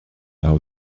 our